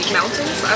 mountains